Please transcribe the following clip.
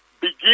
begin